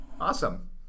Awesome